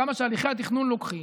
כמה שהליכי התכנון לוקחים?